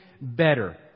better